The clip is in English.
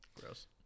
Gross